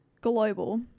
global